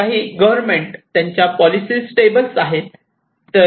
काही गव्हर्नमेंट त्यांच्या policy stable आहेत